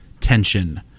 tension